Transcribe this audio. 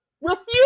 refuse